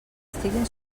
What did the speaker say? estiguin